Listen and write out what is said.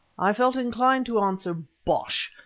i felt inclined to answer bosh!